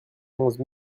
onze